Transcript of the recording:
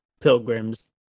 Pilgrims